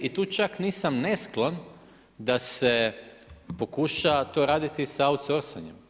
I tu čak nisam niti nesklon, da se pokuša to raditi sa outsorsanjem.